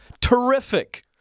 terrific